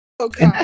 Okay